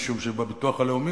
משום שבביטוח הלאומי,